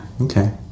okay